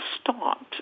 stopped